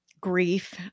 grief